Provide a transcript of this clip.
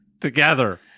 together